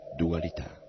dualità